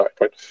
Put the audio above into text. right